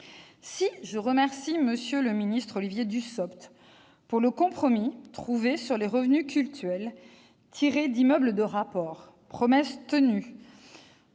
Si je remercie M. le secrétaire d'État Olivier Dussopt du compromis trouvé sur les revenus cultuels tirés d'immeubles de rapport, une promesse tenue